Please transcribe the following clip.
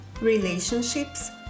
relationships